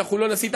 אנחנו לא נסית,